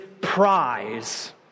prize